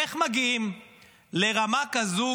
איך מגיעים לרמה כזאת